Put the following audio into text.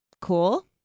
Cool